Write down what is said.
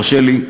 הרשה לי,